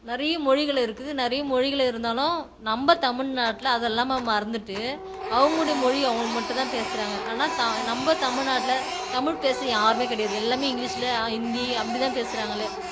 நிறைய மொழிகள் இருக்குது நிறைய மொழிகள் இருந்தாலும் நம்ப தமிழ்நாட்டில் அதெல்லாம மறந்துவிட்டு அவங்குடைய மொழி அவங்களுக்கு மட்டும் தான் பேசுகிறாங்க ஆனால் தா நம்ப தமிழ்நாட்டில் தமிழ் பேச யாருமே கிடையாது எல்லாமே இங்கிலீஷில் ஹிந்தி அப்படிதான பேசுகிறாங்களே